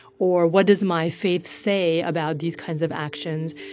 or what does my faith say about these kinds of actions?